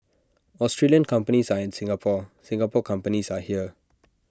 Australian companies are in Singapore Singapore companies are here